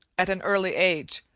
at an early age,